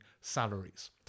salaries